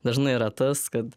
dažnai yra tas kad